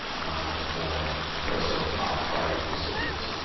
and press on r five to set it.